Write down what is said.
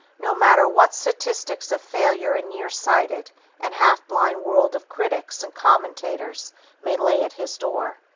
no matter what statistics of failure a near-sighted and half-blind world of critics and commentators may lay at his door.